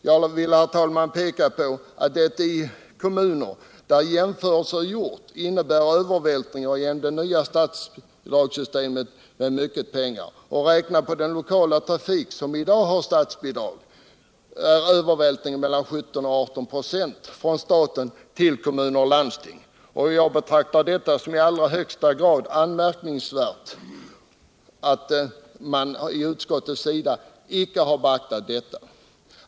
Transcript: Jag vill här, herr talman, peka på att i kommuner där jämförelser gjorts innebär det nya statsbidragssystemet en övervältring av mycket pengar. Räknat på den lokala trafik som i dag har statsbidrag blir det en övervältring på mellan 17 och 18 96 från staten till kommuner och landsting. Jag betraktar det som i allra högsta grad anmärkningsvärt att utskottet inte har beaktat detta.